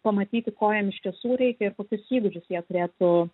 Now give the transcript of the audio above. pamatyti ko jiem iš tiesų reikia ir kokius įgūdžius jie turėtų